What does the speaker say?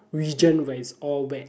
region where it's all wet